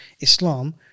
Islam